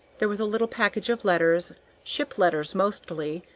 there was a little package of letters ship letters mostly,